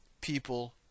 people